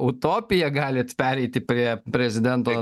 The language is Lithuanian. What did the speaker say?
utopija galit pereiti prie prezidento